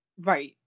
Right